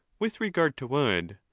with regard to wood,